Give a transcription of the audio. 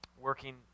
Working